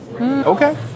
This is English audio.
Okay